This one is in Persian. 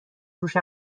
روش